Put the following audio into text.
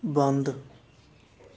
ਬੰਦ